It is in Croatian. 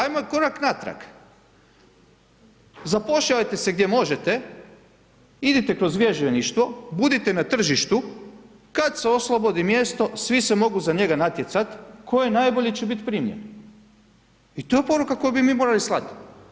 Ajmo korak natrag, zapošljavajte se gdje možete, idite kroz vježbeništvo, budite na tržištu kada se oslobodi mjesto, svi se mogu za njega natjecati, tko je najbolji će biti primjer i to je poruka koju bi mi morali slati.